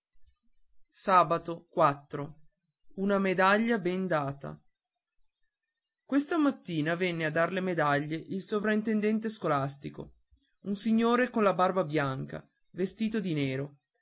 mio una medaglia ben data ao uesta mattina venne a dar le medaglie il sovrintendente scolastico un signore con la barba bianca vestito di nero